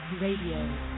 Radio